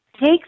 take